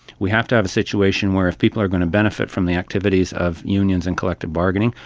we have to have a situation where if people are going to benefit from the activities of unions and collective bargaining,